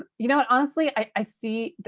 ah you know what, honestly i see,